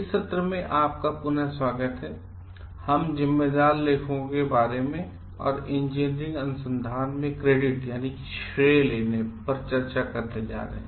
इस सत्र में पुनः आपका स्वागत है हम जिम्मेदार लेखकों के बारे में और इंजीनियरिंग अनुसंधान में क्रेडिट पर चर्चा करने जा रहे हैं